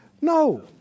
No